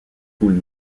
foule